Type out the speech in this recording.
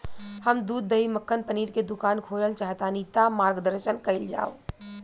हम दूध दही मक्खन पनीर के दुकान खोलल चाहतानी ता मार्गदर्शन कइल जाव?